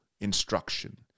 instruction